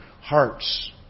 hearts